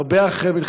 הרבה אחרי,